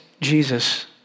Jesus